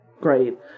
great